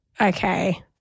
Okay